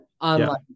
online